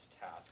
task